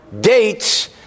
dates